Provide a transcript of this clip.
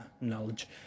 knowledge